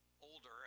older